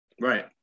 Right